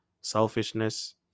selfishness